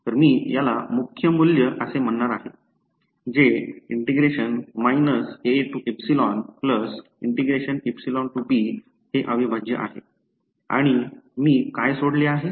तर मी याला मुख्य मूल्य असे म्हणणार आहे जे हे अविभाज्य आहे आणि मी काय सोडले आहे